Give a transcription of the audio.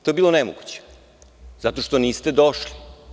To je bilo nemoguće, zato što niste došli.